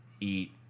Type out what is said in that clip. eat